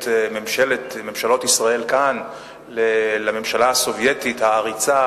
ממשלות ישראל כאן לממשלה הסובייטית העריצה,